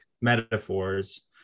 metaphors